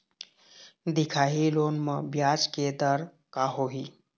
दिखाही लोन म ब्याज के दर का होही?